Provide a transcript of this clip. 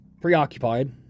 preoccupied